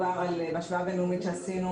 בהשוואה בין-לאומית שעשינו,